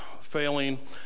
failing